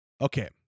okay